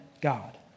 God